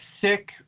sick